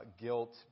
guilt